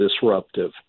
disruptive